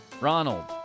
Ronald